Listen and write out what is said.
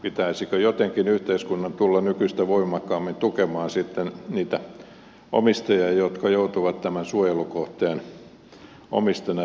pitäisikö jotenkin yhteiskunnan tulla nykyistä voimakkaammin tukemaan sitten niitä omistajia jotka joutuvat suojelukohteen omistajana ylläpitämään sitä